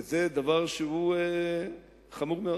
וזה דבר שהוא חמור מאוד.